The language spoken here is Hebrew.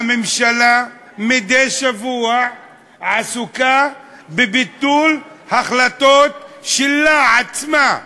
הממשלה מדי שבוע עסוקה בביטול החלטות שלה עצמה,